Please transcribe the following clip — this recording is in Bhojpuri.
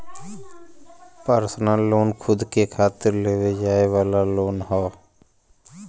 पर्सनल लोन खुद के खातिर लेवे जाये वाला लोन हौ